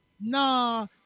nah